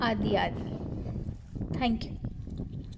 आदि आदि थैंक्यू